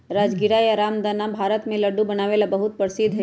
राजगीरा या रामदाना भारत में लड्डू बनावे ला बहुत प्रसिद्ध हई